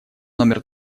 номер